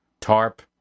TARP